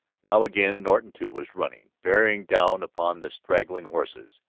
now again norton, too, was running, bearing down upon the straggling horses.